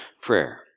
prayer